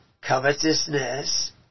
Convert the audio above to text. covetousness